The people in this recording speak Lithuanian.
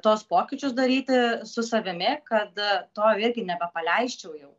tuos pokyčius daryti su savimi kad to irgi nebepaleisčiau jau